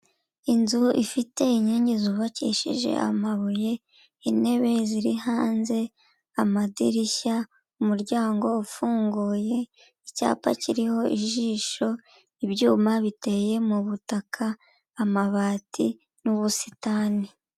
Inzu ifite inkingi zubakishije amabuye, intebe ziri hanze, amadirishya, umuryango ufunguye, icyapa kiriho ijisho, ibyuma biteye mu butaka, amabati n'ubusitani.